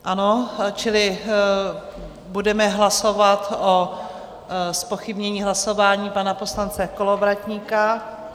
Ano, čili budeme hlasovat o zpochybnění hlasování pana poslance Kolovratníka.